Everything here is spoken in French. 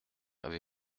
avez